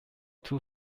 too